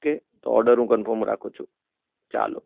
okay તો order હું confirm રાખું છું ચાલો